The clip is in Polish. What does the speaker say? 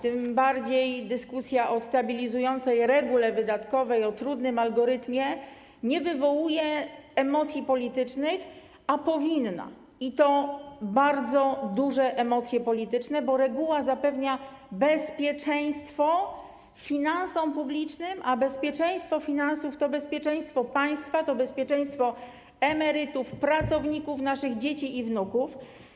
Tym bardziej dyskusja o stabilizującej regule wydatkowej, o trudnym algorytmie, nie wywołuje emocji politycznych, a powinna i to bardzo silne emocje polityczne, bo ta reguła zapewnia bezpieczeństwo finansom publicznym, a bezpieczeństwo finansów to bezpieczeństwo państwa, to bezpieczeństwo emerytów, pracowników, naszych dzieci i wnuków.